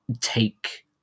take